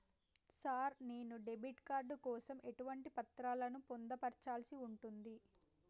Sir నేను debit card కోసం ఎటువంటి పత్రాలను పొందుపర్చాల్సి ఉంటది?